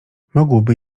mógłby